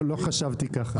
לא חשבתי ככה.